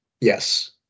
Yes